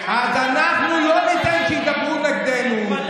אז אנחנו לא ניתן שידברו נגדנו.